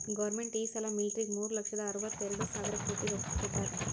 government ಈ ಸಲಾ ಮಿಲ್ಟ್ರಿಗ್ ಮೂರು ಲಕ್ಷದ ಅರ್ವತ ಎರಡು ಸಾವಿರ ಕೋಟಿ ರೊಕ್ಕಾ ಕೊಟ್ಟಾದ್